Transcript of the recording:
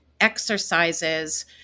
exercises